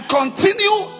continue